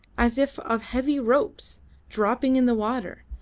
as if of heavy ropes dropping in the water,